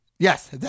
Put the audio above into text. Yes